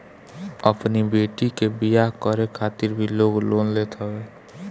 अपनी बेटी के बियाह करे खातिर भी लोग लोन लेत हवे